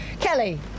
Kelly